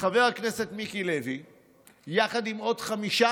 חבר הכנסת מיקי לוי יחד עם עוד חמישה